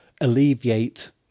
alleviate